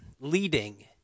leading